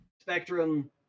Spectrum